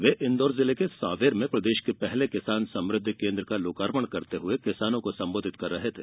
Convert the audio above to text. वे इंदौर जिले के सांवेर में प्रदेष के पहले किसान समृध्दि केंद्र का लोकार्पण करते हुए किसानों को संबोधित कर रहे थे